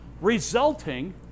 resulting